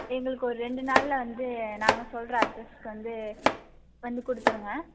எங்களுக்கு ஒரு ரெண்டு நாளில் வந்து நாங்கள் சொல்கிற அட்ரஸ்க்கு வந்து வந்து